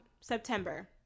September